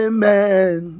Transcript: Amen